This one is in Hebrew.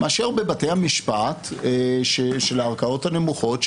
מאשר בבתי המשפט של הערכאות הנמוכות,